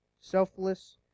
Selfless